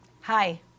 Hi